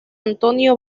antonio